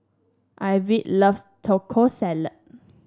Ivette loves Taco Salad